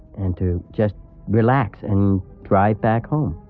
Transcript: and to just relax and drive back home.